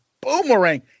Boomerang